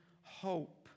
hope